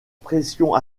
pression